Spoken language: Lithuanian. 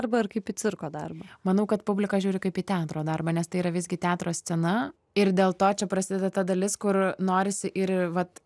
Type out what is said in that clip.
arba ar kaip į cirko darbą manau kad publika žiūri kaip į teatro darbą nes tai yra visgi teatro scena ir dėl to čia prasideda ta dalis kur norisi ir vat